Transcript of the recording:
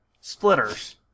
splitters